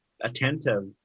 attentive